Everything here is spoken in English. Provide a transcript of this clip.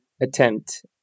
attempt